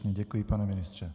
Děkuji, pane ministře.